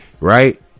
Right